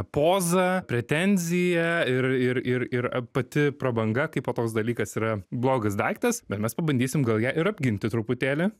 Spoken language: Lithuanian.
poza pretenzija ir ir ir ir pati prabanga kaipo toks dalykas yra blogas daiktas bet mes pabandysim gal ją ir apginti truputėlį